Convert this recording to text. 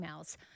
emails